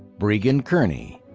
breegan kearney.